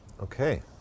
Okay